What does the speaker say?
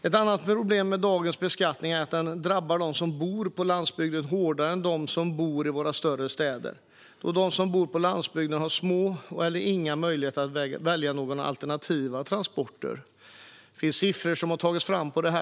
Ett annat problem med dagens beskattning är att den drabbar dem som bor på landsbygden hårdare än dem som bor i våra större städer, då de som bor på landsbygden har små eller inga möjligheter att välja några alternativa transporter. Det har tagits fram siffror på detta.